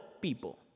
people